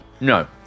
no